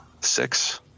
six